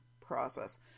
process